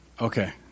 Okay